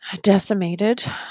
decimated